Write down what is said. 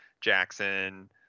Jackson